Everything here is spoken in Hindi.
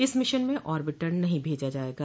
इस मिशन में ऑर्बिटर नहीं भेजा जायेगा